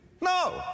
No